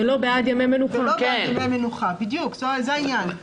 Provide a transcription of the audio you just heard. זה העניין.